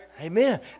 Amen